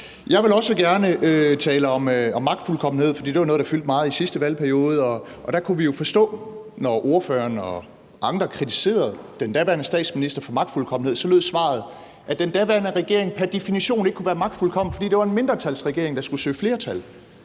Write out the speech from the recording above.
Jeg vil også gerne tale om magtfuldkommenhed, for det var noget, der fyldte meget i sidste valgperiode, og der kunne vi jo forstå, at når ordføreren og andre kritiserede den daværende statsminister for magtfuldkommenhed, så lød svaret, at den daværende regering pr. definition ikke kunne være magtfuldkommen, fordi det var en mindretalsregering, der skulle søge flertal.